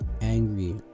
angry